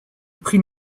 prit